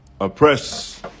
oppress